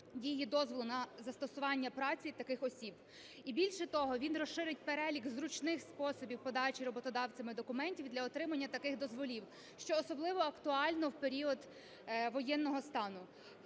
дії дозволу на застосування праці таких осіб. І, більше того, він розширить перелік зручних способів подачі роботодавцями документів для отримання таких дозволів, що особливо актуально в період воєнного стану.